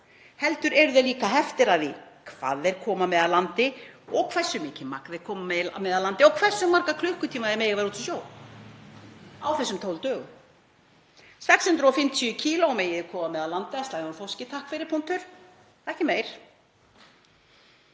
heldur eru þeir líka heftir af því hvað þeir koma með að landi og hversu mikið magn þeir koma með að landi og hversu marga klukkutíma þeir mega vera á sjó á þessum 12 dögum. 650 kíló má koma með að landi af slægðum þorski, takk fyrir. Punktur. Ekki meir.